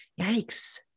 Yikes